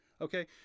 Okay